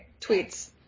Tweets